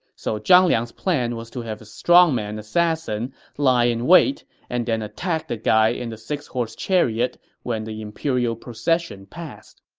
so zhang liang's plan was to have his strongman assassin lie in wait and then attack the guy in the six-horse chariot when the imperial procession passed